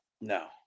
No